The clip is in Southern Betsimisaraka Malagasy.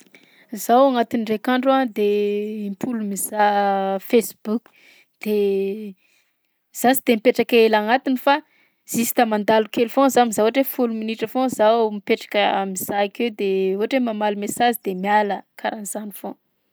Zaho agnatin'ny ndraika andro de impolo mizaha Facebook, de za tsy de mipetraka ela agnatiny fa justa mandalo kely foa za mizaha ohatra hoe folo minitra foa zao mipetraka mizaha akeo de ohatra hoe mamaly messazy de miala, karahan'zany foa.